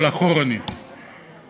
שינוי סדר הדוברים לא היה בהסכמה?